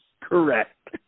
correct